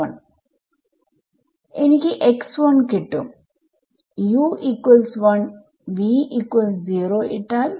എനിക്ക് കിട്ടും u1 v0 ഇട്ടാൽ